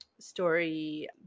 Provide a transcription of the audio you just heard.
story